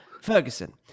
Ferguson